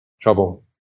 trouble